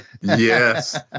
Yes